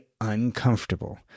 uncomfortable